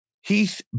Heath